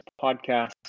podcast